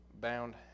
bound